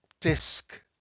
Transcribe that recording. disc